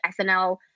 SNL